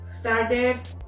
started